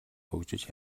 хөгжиж